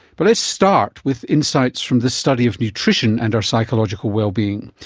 but let's start with insights from the study of nutrition and our psychological wellbeing.